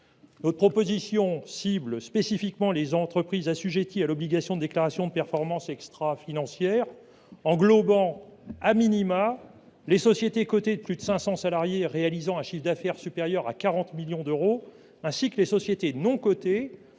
Notre proposition cible spécifiquement les entreprises assujetties à l’obligation de déclaration de performance extrafinancière, catégorie englobant au minimum les sociétés cotées de plus de 500 salariés réalisant un chiffre d’affaires supérieur à 40 millions d’euros ainsi que les sociétés non cotées